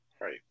right